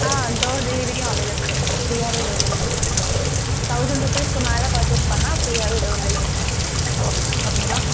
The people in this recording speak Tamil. ஆ டோர் டெலிவரியும் அவைளபுல் இருக்குது ஃப்ரீயாகவே டோர் டெலிவரி பண்ணுறோம் தௌசண்ட் ருப்பீஸ்க்கு மேலே பர்ச்சேஸ் பண்ணிணா ஃப்ரீயாகவே டோர் டெலிவரி பண்ணிக் கொடுத்துட்ருக்கோம் ஓகேவா